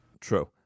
true